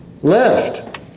left